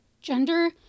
gender